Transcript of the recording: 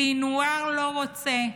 סנוואר לא רוצה.